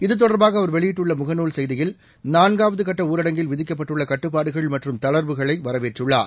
இது தொடர்பாக அவர் வெளியிட்டுள்ள முகநூல் செய்தியில் நான்காவது கட்ட ஊரடங்கில் விதிக்கப்பட்டுள்ள கட்டுப்பாடுகள் மற்றும் தளர்வுகளை அவர் வரவேற்றுள்ளார்